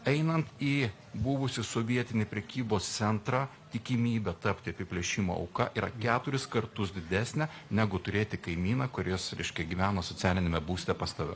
einant į buvusį sovietinį prekybos centrą tikimybė tapti apiplėšimo auka yra keturis kartus didesnė negu turėti kaimyną kuris reiškia gyveno socialiniame būste pas tave